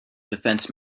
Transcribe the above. defense